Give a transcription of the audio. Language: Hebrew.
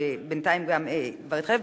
שבינתיים גם כבר התחלף,